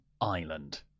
island